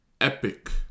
epic